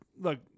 look –